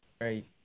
Right